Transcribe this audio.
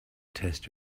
test